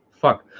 Fuck